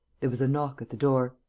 there was a knock at the door.